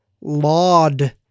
Laud